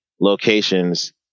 location's